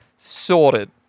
Sorted